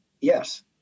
Yes